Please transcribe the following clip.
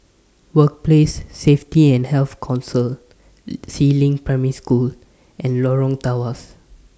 Workplace Safety and Health Council Si Ling Primary School and Lorong Tawas